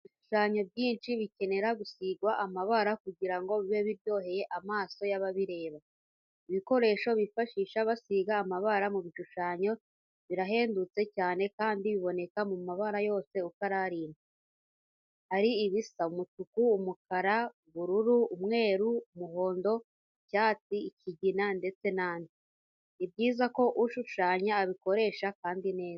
Ibishushanyo byinshi bikenera gusigwa amabara kugira ngo bibe biryoheye amaso y'ababireba. Ibikoresho bifashisha basiga amabara mu bishushanyo birahendutse cyane kandi biboneka mu mabara yose uko ari arindwi. Hari ibisa umutuku, umukara, ubururu, umweru, umuhondo, icyatsi, ikigina ndetse n'andi. Ni byiza ko ushushanya abikoresha kandi neza.